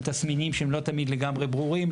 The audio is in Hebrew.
עם תסמינים שהם לא תמיד לגמרי ברורים,